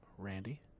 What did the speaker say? Randy